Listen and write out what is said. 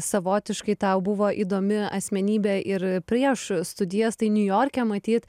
savotiškai tau buvo įdomi asmenybė ir prieš studijas tai niujorke matyt